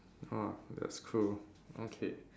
ah that's true okay